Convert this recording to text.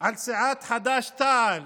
על סיעת חד"ש-תע"ל